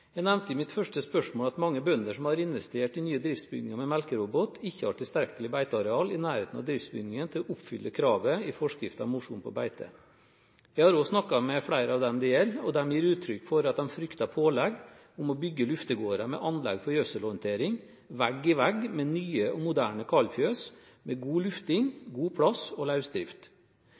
Jeg takker igjen for svaret. Jeg nevnte i mitt første spørsmål at mange bønder som har investert i nye driftsbygninger med melkerobot, ikke har tilstrekkelig beiteareal i nærheten av driftsbygningen til å oppfylle kravet i forskriften om mosjon på beite. Jeg har også snakket med flere av dem det gjelder, og de gir uttrykk for at de frykter pålegg om å bygge luftegårder med anlegg for gjødselhåndtering vegg i vegg med nye og moderne kaldfjøs, med god lufting, god plass og